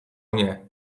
nie